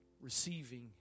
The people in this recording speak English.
receiving